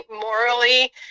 morally